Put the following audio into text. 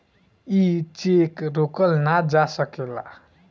ई चेक रोकल ना जा सकेला